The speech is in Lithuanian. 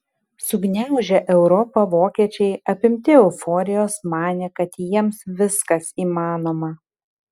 sugniaužę europą vokiečiai apimti euforijos manė kad jiems viskas įmanoma